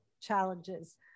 challenges